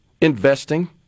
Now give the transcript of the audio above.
investing